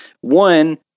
One